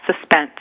suspense